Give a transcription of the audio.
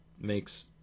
makes